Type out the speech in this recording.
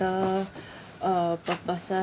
the uh per person